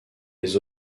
les